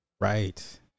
Right